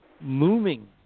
moving